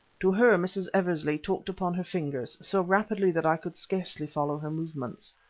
to her mrs. eversley talked upon her fingers, so rapidly that i could scarcely follow her movements.